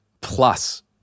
plus